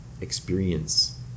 experience